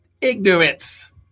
ignorance